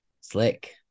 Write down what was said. Slick